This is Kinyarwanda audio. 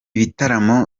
bitaramo